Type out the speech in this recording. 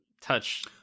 touch